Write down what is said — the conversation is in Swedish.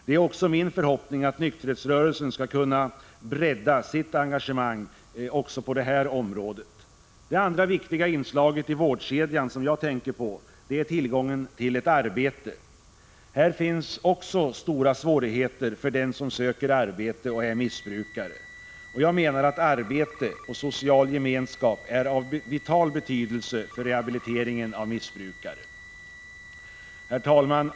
Det är min förhoppning att nykterhetsrörelsen skall kunna bredda sitt engagemang på detta område. Det andra viktiga inslaget i vårdkedjan som jag tänker på är tillgången till ett arbete. Här finns också stora svårigheter för den som söker arbete och är missbrukare. Jag menar att arbete och social gemenskap är av vital betydelse för rehabiliteringen av missbrukare. Herr talman!